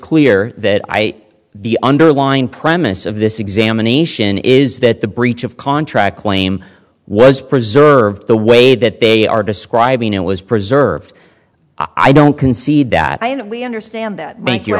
clear that i the underlying premise of this examination is that the breach of contract claim was preserved the way that they are describing it was preserved i don't concede that i and we understand that bank your